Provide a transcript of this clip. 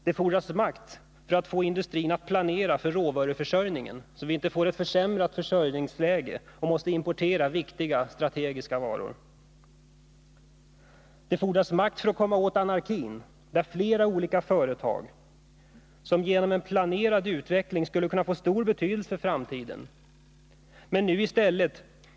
Det fordras makt för att få industrin att planera för råvaruförsörjningen så att vi inte får ett försämrat försörjningsläge och måste importera viktiga strategiska varor. g Det fordras makt för att komma åt anarkin. Flera olika företag skulle genom en planerad utveckling kunna få stor betydelse för framtiden.